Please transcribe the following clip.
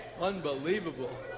Unbelievable